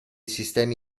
sistemi